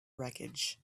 wreckage